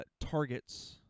targets